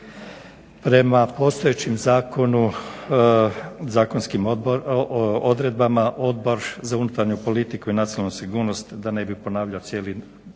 Prema postojećem zakonskim odredbama Odbor za unutarnju politiku i nacionalnu sigurnost, da ne bi ponavljao cijeli